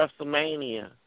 WrestleMania